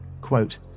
quote